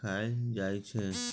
खाएल जाइ छै